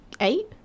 Eight